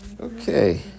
Okay